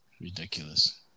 Ridiculous